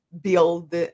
build